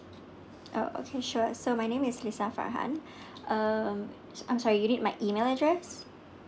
oh okay sure so my name is lisa farhan um I'm sorry you need my email address